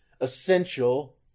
essential